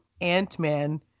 Ant-Man